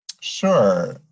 Sure